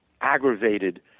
aggravated